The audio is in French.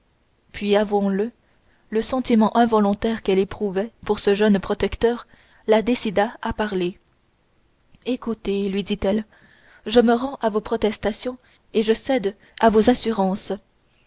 puis avouons-le le sentiment involontaire qu'elle éprouvait pour ce jeune protecteur la décida à parler écoutez lui dit-elle je me rends à vos protestations et je cède à vos assurances